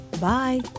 Bye